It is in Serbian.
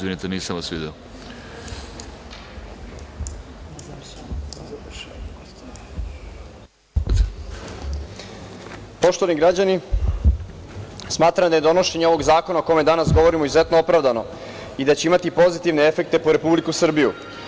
Poštovani građani, smatra da je donošenje ovog zakona o kome danas govorimo izuzetno opravdano i da će imati pozitivne efekte po Republiku Srbiju.